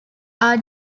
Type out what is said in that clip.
are